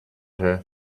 her